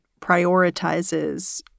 prioritizes